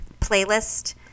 Playlist